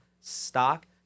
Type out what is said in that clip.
stock